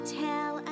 tell